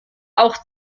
auch